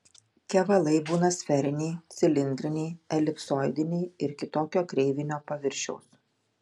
kevalai būna sferiniai cilindriniai elipsoidiniai ir kitokio kreivinio paviršiaus